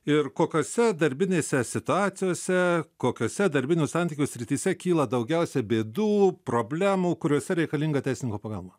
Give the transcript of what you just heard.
ir kokiose darbinėse situacijose kokiose darbinių santykių srityse kyla daugiausia bėdų problemų kuriose reikalinga teisininko pagalba